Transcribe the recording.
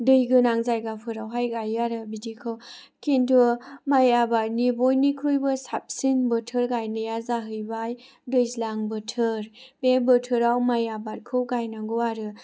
दैगोनां जायगाफोरावहाय गायो आरो बिदिखौ किन्तु माइ आबादनि बयनिख्रुइबो साबसिन बोथोर गायनाया जाहैबाय दैज्लां बोथोर बे बोथोराव माइ आबादखौ गायनांगौ आरो